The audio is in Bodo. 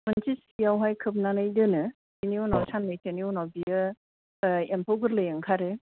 मोनसे सियावहाय खोबनानै दोनो बिनि उनाव सान्नैसोनि उनाव बियो एम्फौ गोरलै ओंखारो